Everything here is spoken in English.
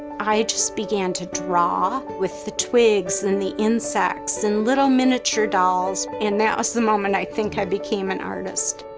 i just began to draw with the twigs and the insects and little miniature dolls. and that was the moment i think i became an artist.